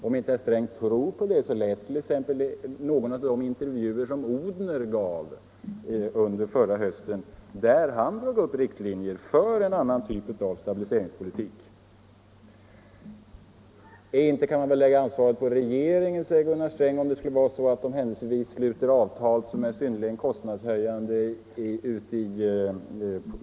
Om inte herr Sträng tror på det så läs t.ex. någon av de intervjuer som Odhner gav under förra hösten, där han drog upp riktlinjer för en annan typ av stabiliseringspolitik. Inte kan man lägga ansvaret på regeringen, säger Gunnar Sträng, om det skulle vara så att SAF och LO händelsevis sluter avtal som är synnerligen kostnadshöjande.